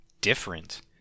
different